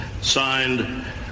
Signed